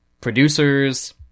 producers